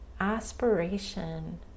aspiration